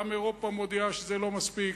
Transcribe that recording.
גם אירופה מודיעה שזה לא מספיק,